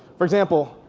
for example,